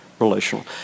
relational